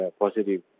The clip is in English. positive